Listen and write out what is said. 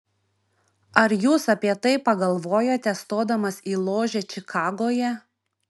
ar jūs apie tai pagalvojote stodamas į ložę čikagoje